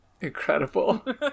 Incredible